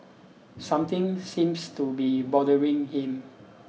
something seems to be bothering him